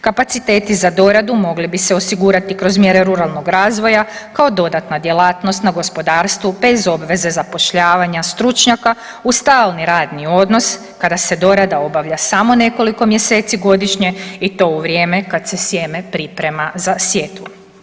Kapaciteti za doradu mogli bi se osigurati kroz mjere ruralnog razvoja kao dodatna djelatnost na gospodarstvu bez obveze zapošljavanja stručnjaka u stalni radni odnos kada se dorada obavlja samo nekoliko mjeseci godišnje i to u vrijeme kad se sjeme priprema za sjetvu.